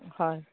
হয়